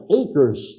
acres